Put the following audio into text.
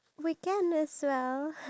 ya true